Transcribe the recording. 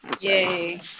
Yay